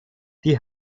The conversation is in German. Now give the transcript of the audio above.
die